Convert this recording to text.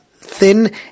thin